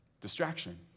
Distraction